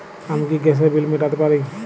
আমি কি গ্যাসের বিল মেটাতে পারি?